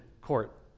court